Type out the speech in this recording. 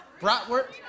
Bratwurst